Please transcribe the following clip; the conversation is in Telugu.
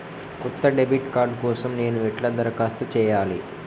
కొత్త డెబిట్ కార్డ్ కోసం నేను ఎట్లా దరఖాస్తు చేయాలి?